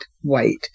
white